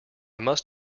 must